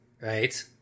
Right